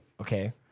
Okay